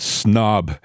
snob